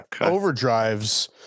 overdrive's